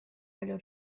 palju